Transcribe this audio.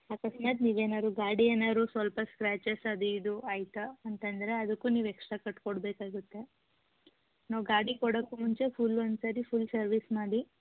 ಅಕಸ್ಮಾತ್ ನೀವು ಏನಾದ್ರು ಗಾಡಿ ಏನಾದ್ರು ಸ್ವಲ್ಪ ಸ್ಕ್ರ್ಯಾಚಸ್ ಅದೂ ಇದೂ ಆಯ್ತು ಅಂತಂದರೆ ಅದಕ್ಕೂ ನೀವು ಎಕ್ಸ್ಟ್ರಾ ಕಟ್ಟಿಕೊಡ್ಬೇಕಾಗುತ್ತೆ ನಾವು ಗಾಡಿ ಕೊಡೋಕ್ಕು ಮುಂಚೆ ಫುಲ್ ಒಂದು ಸಾರಿ ಫುಲ್ ಸರ್ವೀಸ್ ಮಾಡಿ